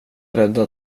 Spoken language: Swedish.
rädda